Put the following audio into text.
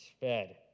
fed